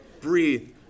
breathe